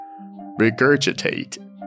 Regurgitate